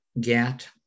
get